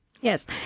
Yes